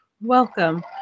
Welcome